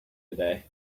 today